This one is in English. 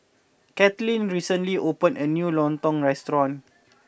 Kalyn recently opened a new Lontong restaurant